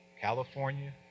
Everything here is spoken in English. California